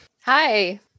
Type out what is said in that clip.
Hi